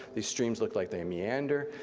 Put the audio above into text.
these streams look like they meander,